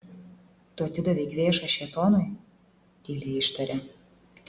tu atidavei kvėšą šėtonui tyliai ištarė